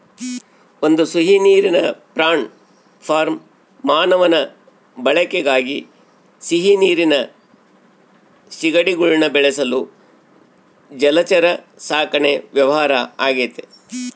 ಒಂದು ಸಿಹಿನೀರಿನ prawn farm ಮಾನವನ ಬಳಕೆಗಾಗಿ ಸಿಹಿನೀರಿನ ಸೀಗಡಿಗುಳ್ನ ಬೆಳೆಸಲು ಜಲಚರ ಸಾಕಣೆ ವ್ಯವಹಾರ ಆಗೆತೆ